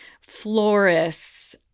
florists